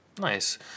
Nice